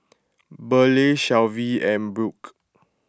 Burleigh Shelvie and Brook